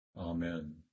Amen